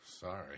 Sorry